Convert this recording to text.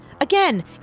again